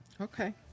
Okay